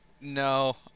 No